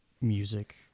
music